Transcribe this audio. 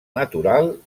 natural